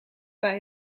bij